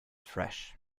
fresh